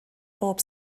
bob